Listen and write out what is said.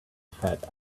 fat